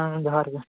ᱦᱮᱸ ᱡᱚᱦᱟᱨ ᱜᱮ